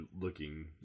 looking